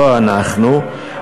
לא אנחנו,